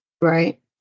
Right